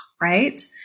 right